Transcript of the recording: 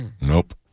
Nope